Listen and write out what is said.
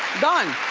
done.